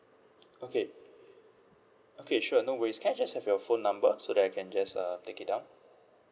okay okay sure no worries can I just have your phone number so that I can just uh take it down